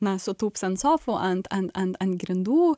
na sutūps ant sofų ant ant ant ant grindų